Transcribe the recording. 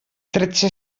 tretze